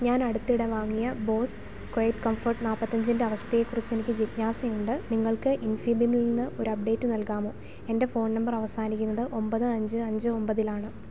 ഞാനടുത്തിടെ വാങ്ങിയ Bose quiet comfort നാല്പ്പത്തിയഞ്ചിൻ്റെ അവസ്ഥയെക്കുറിച്ചെനിക്ക് ജിജ്ഞാസയുണ്ട് നിങ്ങൾക്ക് ഇൻഫിബീമിൽ നിന്ന് ഒരു അപ്ഡേറ്റ് നൽകാമോ എൻ്റെ ഫോൺ നമ്പര് അവസാനിക്കുന്നത് ഒമ്പത് അഞ്ച് അഞ്ച് ഒമ്പതിലാണ്